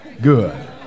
good